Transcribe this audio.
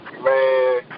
Man